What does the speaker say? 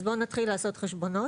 אז בוא נתחיל לעשות חשבונות